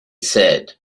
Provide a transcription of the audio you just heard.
said